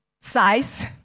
size